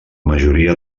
majoria